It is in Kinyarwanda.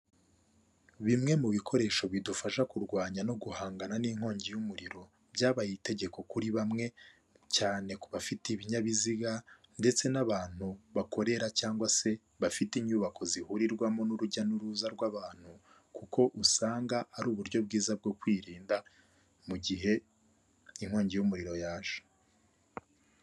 Bimwe mu bikoresho bidufasha kurwanya no guhangana n'inkongi y'umuriro. Byabaye itegeko kuri bamwe cyane ku bafite ibinyabiziga, ndetse n'abantu bakorera cyangwa se bafite inyubako zihurirwamo n'urujya n'uruza rw'abantu. Kuko usanga ari uburyo bwiza bwo kwirinda mu gihe inkongi y'umuriro yaje.